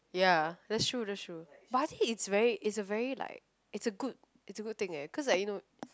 ya that's true that's true but I think it's very it's a very like it's a good it's a good thing eh cause like you know